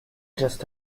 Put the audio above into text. just